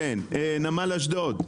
נמל אשדוד,